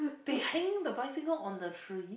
they hanging the bicycle on the tree